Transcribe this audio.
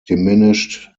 diminished